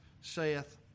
saith